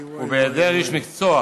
ובהיעדר איש מקצוע